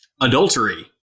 adultery